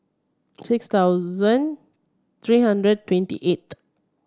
takes thousand three hundred twenty eight